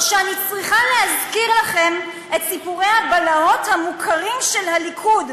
או שאני צריכה להזכיר לכם את סיפורי הבלהות המוכרים של הליכוד?